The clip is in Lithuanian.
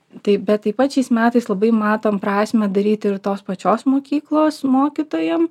taip bet taip pat šiais metais labai matom prasmę daryti ir tos pačios mokyklos mokytojam